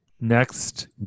Next